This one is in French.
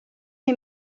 les